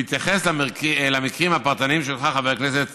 בהתייחס למקרים הפרטניים שלך, חבר הכנסת